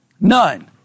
None